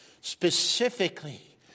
Specifically